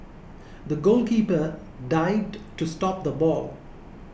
the goalkeeper dived to stop the ball